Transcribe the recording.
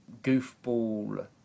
goofball